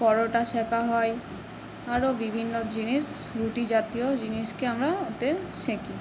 পরোটা সেঁকা হয় আরও বিভিন্ন জিনিস রুটি জাতীয় জিনিসকে আমরা ওতে সেঁকি